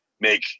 make